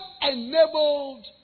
enabled